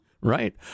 Right